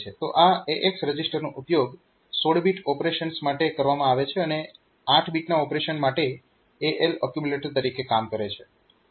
તો આ AX રજીસ્ટરનો ઉપયોગ 16 બીટ ઓપરેશન્સ માટે કરવામાં આવે છે અને 8 બીટ ઓપરેશન માટે AL એક્યુમ્યુલેટર તરીકે કામ કરે છે